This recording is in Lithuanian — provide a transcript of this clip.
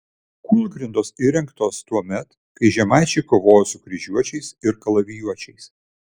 kūlgrindos įrengtos tuomet kai žemaičiai kovojo su kryžiuočiais ir kalavijuočiais